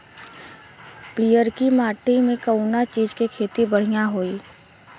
पियरकी माटी मे कउना चीज़ के खेती बढ़ियां होई?